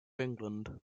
england